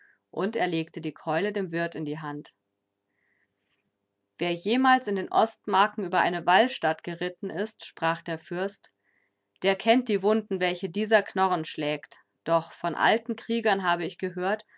und er legte die keule dem wirt in die hand wer jemals in den ostmarken über eine walstatt geritten ist sprach der fürst der kennt die wunden welche dieser knorren schlägt doch von alten kriegern habe ich gehört